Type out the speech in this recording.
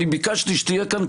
ביקשתי שתהיה כאן,